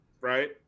right